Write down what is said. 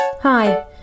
Hi